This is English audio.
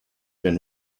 been